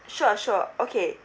sure sure okay